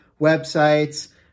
websites